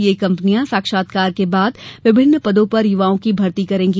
ये कंपनियां साक्षात्कार के बाद विभिन्न पदों पर युवाओं को भर्ती करेगी